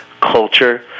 culture